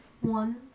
One